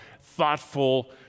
thoughtful